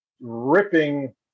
ripping